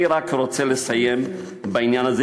אני רק רוצה לסיים בעניין הזה.